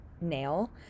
nail